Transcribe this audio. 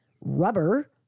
rubber